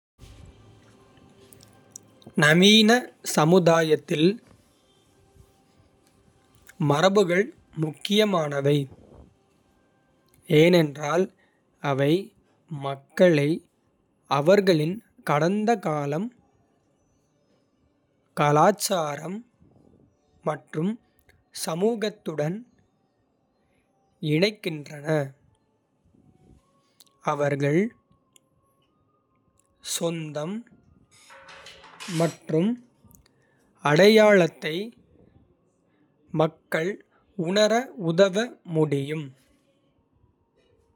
நவீன சமுதாயத்தில் மரபுகள் முக்கியமானவை, ஏனென்றால் அவை மக்களை அவர்களின் கடந்த காலம். கலாச்சாரம் மற்றும் சமூகத்துடன் இணைக்கின்றன. அவர்கள் சொந்தம் மற்றும் அடையாளத்தை மக்கள் உணர உதவ முடியும்.